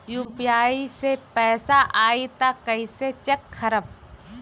UPI से पैसा आई त कइसे चेक खरब?